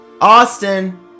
Austin